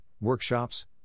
workshops